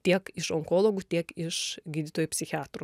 tiek iš onkologų tiek iš gydytojų psichiatrų